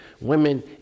Women